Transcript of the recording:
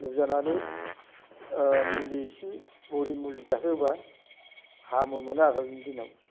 लुजानानै मुलि एसे बरि मुलि जाहोहोब्ला हामोमोन आगोलनि दिनाव